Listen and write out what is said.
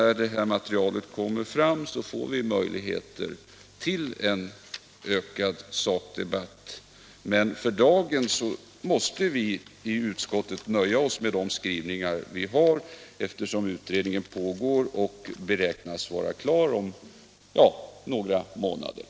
När det här materialet framläggs får vi möjligheter till en ökad sakdebatt. Men eftersom utredningen pågår och beräknas vara klar om några månader måste vi i utskottet för dagen nöja oss med de skrivningar vi gjort.